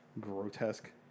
Grotesque